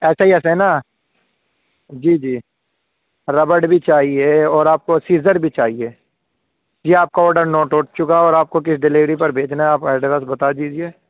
ایسے ہی ایسے نا جی جی ربڑ بھی چاہیے اور آپ کو سیزر بھی چاہیے یہ آپ کا آڈر نوٹ ہو چکا اور آپ کو کس ڈیلیوری پر بھیجنا ہے آپ ایڈریس بتا دیجیے